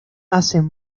hacen